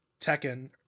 Tekken